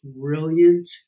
brilliant